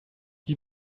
wie